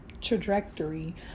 trajectory